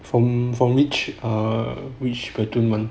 from from which are which err platoon [one]